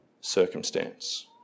circumstance